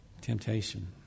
Temptation